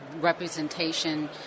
representation